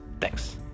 Thanks